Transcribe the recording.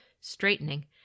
Straightening